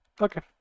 Okay